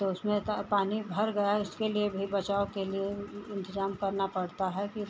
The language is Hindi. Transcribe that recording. तो उसमें तो पानी भर गया उसके लिए भी बचाव के लिए भी इन्तज़ाम करना पड़ता है